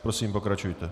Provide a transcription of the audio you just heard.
Prosím, pokračujte.